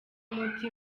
umuti